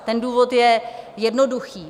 Ten důvod je jednoduchý.